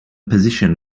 position